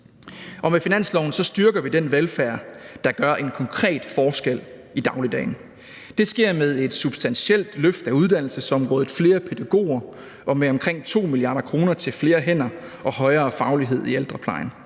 med finansloven styrker vi den velfærd, der gør en konkret forskel i dagligdagen. Det sker med et substantielt løft af uddannelsesområdet, flere pædagoger og med omkring 2 mia. kr. til flere hænder og højere faglighed i ældreplejen.